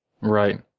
Right